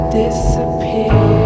disappear